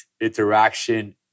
interaction